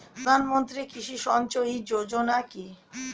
প্রধানমন্ত্রী কৃষি সিঞ্চয়ী যোজনা কি?